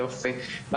סימון,